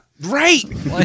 Right